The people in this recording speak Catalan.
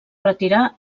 retirar